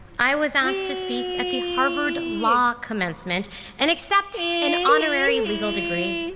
i was asked to speak at the harvard law commencement and accept an honorary legal degree.